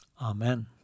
Amen